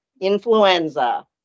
influenza